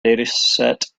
dataset